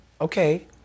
Okay